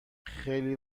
خیلی